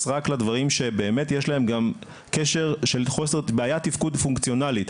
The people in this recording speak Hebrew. רק לדברים שבאמת יש להם גם קשר של בעיית תפקוד פונקציונלית.